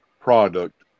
product